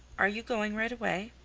are you going right away?